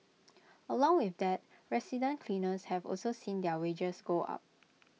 along with that resident cleaners have also seen their wages go up